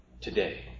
today